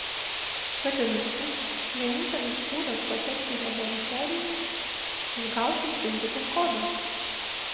vadinasi vienintelis būdas patekti į laboratoriją išgauti iš deivido kodą